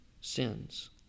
sins